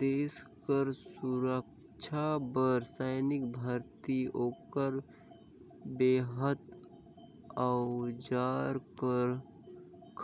देस कर सुरक्छा बर सैनिक भरती, ओकर बेतन, अउजार कर